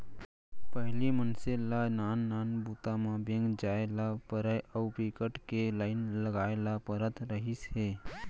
पहिली मनसे ल नान नान बूता म बेंक जाए ल परय अउ बिकट के लाईन लगाए ल परत रहिस हे